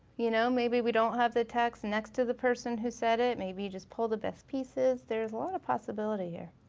you know maybe we don't have the text next to the person who said it, maybe just pull the best pieces. there's a lotta possibility here.